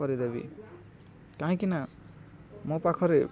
କରିଦେବି କାହିଁକିନା ମୋ ପାଖରେ